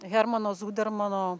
hermano zudermano